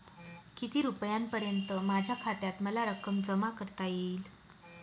किती रुपयांपर्यंत माझ्या खात्यात मला रक्कम जमा करता येईल?